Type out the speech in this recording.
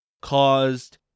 caused